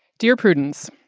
dear prudence,